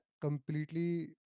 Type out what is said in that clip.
completely